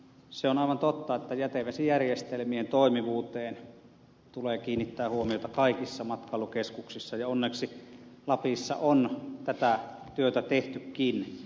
se on aivan totta että jätevesijärjestelmien toimivuuteen tulee kiinnittää huomiota kaikissa matkailukeskuksissa ja onneksi lapissa on tätä työtä tehtykin